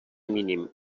mínim